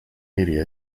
media